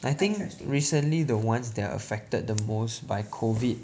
I think recently the ones that are affected the most by COVID